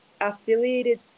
affiliated